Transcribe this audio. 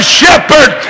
shepherd